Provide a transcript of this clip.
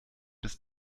bis